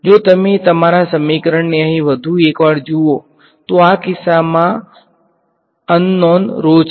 જો તમે તમારા સમીકરણને અહીં વધુ એક વાર જુઓ તો આ કિસ્સામાં અનનોન છે